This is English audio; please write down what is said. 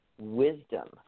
wisdom